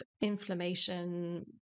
inflammation